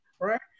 right